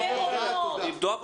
עבודה.